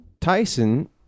Tyson